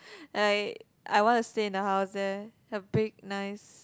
like I want to stay in the house there the big nice